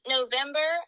November